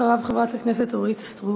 אחריו, חברת הכנסת אורית סטרוק.